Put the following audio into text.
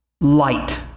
light